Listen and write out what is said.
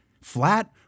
flat